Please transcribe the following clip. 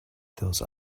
those